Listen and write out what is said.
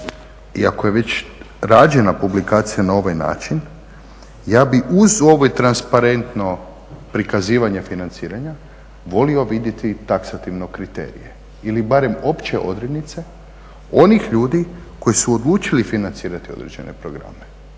ako je već rađena publikacija na ovaj način ja bih uz ovo transparentno prikazivanje financiranja volio vidjeti i taksativno kriterije ili barem opće odrednice onih ljudi koji su odlučili financirati određene programe.